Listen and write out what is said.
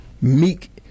Meek